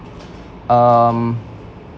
um